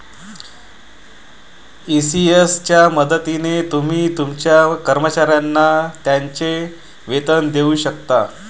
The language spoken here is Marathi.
ई.सी.एस च्या मदतीने तुम्ही तुमच्या कर्मचाऱ्यांना त्यांचे वेतन देऊ शकता